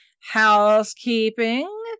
housekeeping